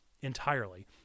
entirely